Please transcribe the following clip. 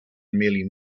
merely